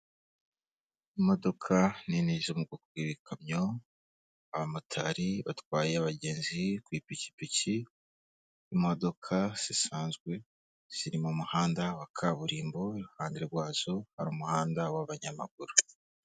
Imodoka nini zo mu bwoko bw'ibikamyo, abamotari batwaye abagenzi ku ipikipiki, imodoka zisanzwe ziri mu muhanda wa kaburimbo, iruhande rwazo hari umuhanda w'abanyamaguru.